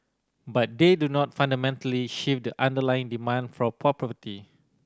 but they do not fundamentally shift the underlying demand for property